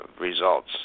results